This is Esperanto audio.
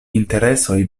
interesoj